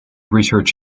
research